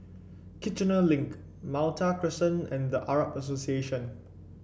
Kiichener Link Malta Crescent and The Arab Association